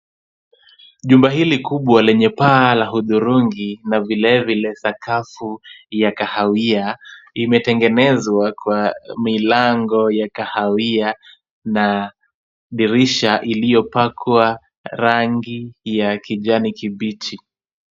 Jumba hili kubwa lenye paa la hudhurungi na vilevile sakafu ya kahawia imetengenezwa kwa milango ya kahawia na dirisha iliyopakwa rangi ya kijani kibichi.